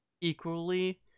equally